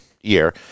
year